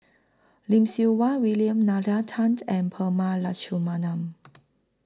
Lim Siew Wai William Nalla Tan and Prema Letchumanan